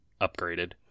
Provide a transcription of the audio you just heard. upgraded